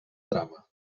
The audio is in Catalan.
trama